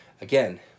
again